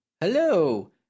Hello